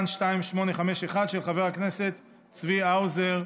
של חבר הכנסת צבי האוזר.